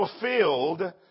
fulfilled